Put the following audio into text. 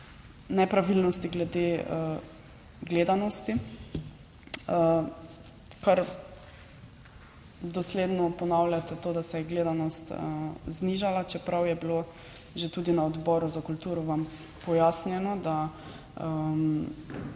nepravilnosti glede gledanosti. Kar dosledno ponavljate to, da se je gledanost znižala, čeprav je bilo že tudi na Odboru za kulturo vam pojasnjeno, da so